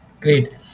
Great